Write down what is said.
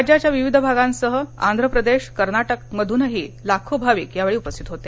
राज्याच्या विविध भागांसह आंध्रप्रदेश कर्नाटकमधूनदेखील लाखो भाविक यावेळी उपस्थित होते